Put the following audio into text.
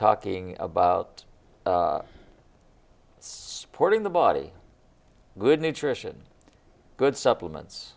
talking about supporting the body good nutrition good supplements